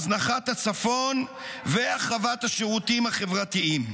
הזנחת הצפון והחרבת השירותים החברתיים.